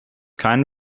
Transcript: keinen